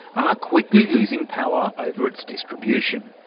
are quickly losing power over its distribution.